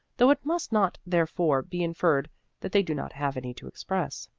though it must not therefore be inferred that they do not have any to express.